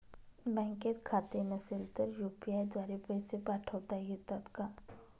बँकेत खाते नसेल तर यू.पी.आय द्वारे पैसे पाठवता येतात का?